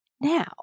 now